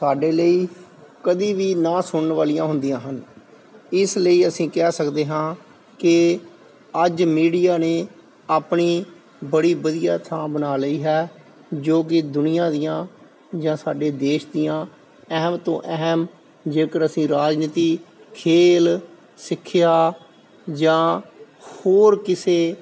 ਸਾਡੇ ਲਈ ਕਦੀ ਵੀ ਨਾ ਸੁਣਨ ਵਾਲੀਆਂ ਹੁੰਦੀਆਂ ਹਨ ਇਸ ਲਈ ਅਸੀਂ ਕਹਿ ਸਕਦੇ ਹਾਂ ਕਿ ਅੱਜ ਮੀਡੀਆ ਨੇ ਆਪਣੀ ਬੜੀ ਵਧੀਆ ਥਾਂ ਬਣਾ ਲਈ ਹੈ ਜੋ ਕਿ ਦੁਨੀਆਂ ਦੀਆਂ ਜਾਂ ਸਾਡੇ ਦੇਸ਼ ਦੀਆਂ ਅਹਿਮ ਤੋਂ ਅਹਿਮ ਜੇਕਰ ਅਸੀਂ ਰਾਜਨੀਤੀ ਖੇਲ ਸਿੱਖਿਆ ਜਾਂ ਹੋਰ ਕਿਸੇ